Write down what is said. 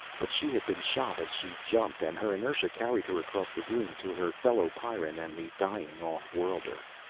but she had been shot as she jumped and her inertia carried her across the room, to her fellow pyrran and the dying off-worlder.